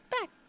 back